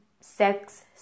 sex